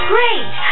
Great